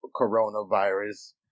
coronavirus